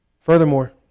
Furthermore